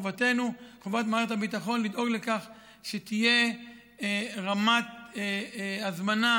חובת מערכת הביטחון לדאוג לכך שתהיה רמת הזמנה